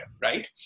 right